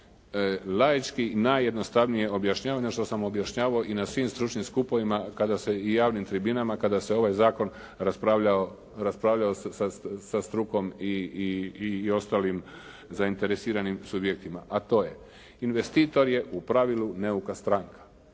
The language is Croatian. Laički najjednostavnije objašnjenje što sam objašnjavao i na svim stručnim skupovima i javnim tribinama kada se ovaj zakon raspravljao sa strukom i ostalim zainteresiranim subjektima, a to je: Investitor je u pravilu neuka stranka.